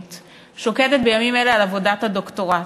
ושוקדת בימים אלה על עבודת הדוקטורט,